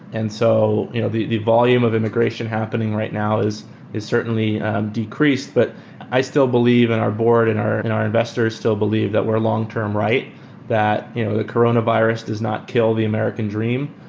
and so you know the the volume of immigration happening right now is is certainly decreased, but i still believe in and our board and our and our investors still believe that we're long-term right that you know the coronavirus does not kill the american dream.